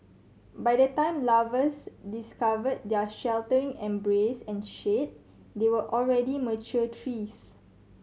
by the time lovers discovered their sheltering embrace and shade they were already mature trees